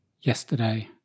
yesterday